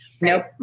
Nope